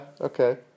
okay